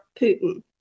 Putin